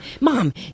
mom